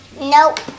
Nope